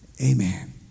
Amen